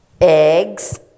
eggs